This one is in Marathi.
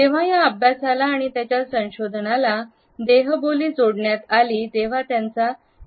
जेव्हा या अभ्यासाला आणि त्याच्या संशोधनाला देहबोली जोडण्यात आले तेव्हा त्याचा वेगळाच प्रतिसाद मिळाला